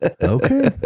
Okay